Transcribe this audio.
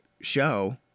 show